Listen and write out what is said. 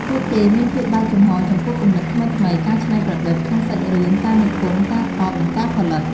ពួកគេមានភាពបើកចំហរចំពោះគំនិតថ្មីៗ ការច្នៃប្រឌិត ក្នុងសាច់រឿង ការនិពន្ធ ការថត និងការផលិត។